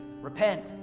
Repent